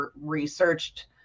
researched